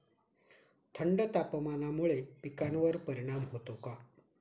थंड तापमानामुळे पिकांवर परिणाम होतो का?